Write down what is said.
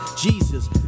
Jesus